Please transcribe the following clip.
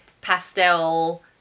pastel